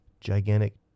gigantic